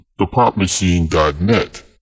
thepopmachine.net